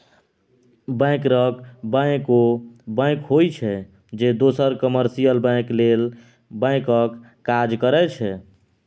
बैंकरक बैंक ओ बैंक होइ छै जे दोसर कामर्शियल बैंक लेल बैंकक काज करै छै